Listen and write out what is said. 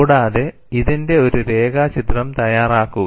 കൂടാതെ ഇതിന്റെ ഒരു രേഖാചിത്രം തയ്യാറാക്കുക